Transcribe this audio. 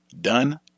done